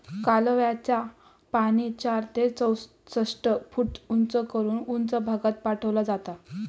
कालव्याचा पाणी चार ते चौसष्ट फूट उंच करून उंच भागात पाठवला जाता